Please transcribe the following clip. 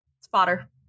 Spotter